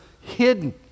hidden